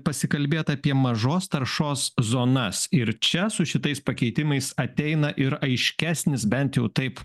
pasikalbėt apie mažos taršos zonas ir čia su šitais pakeitimais ateina ir aiškesnis bent jau taip